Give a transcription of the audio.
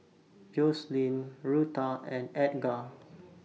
Joslyn Rutha and Edgar